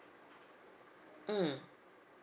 mm